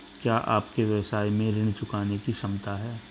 क्या आपके व्यवसाय में ऋण चुकाने की क्षमता है?